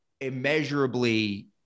immeasurably